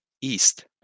east